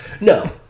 No